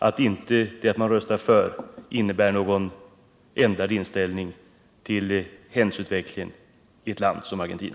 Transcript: Det förhållandet att man röstar ja i det aktuella fallet innebär inte någon ändrad inställning till händelseutvecklingen i ett land som Argentina.